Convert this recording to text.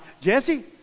Jesse